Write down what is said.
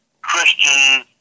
Christian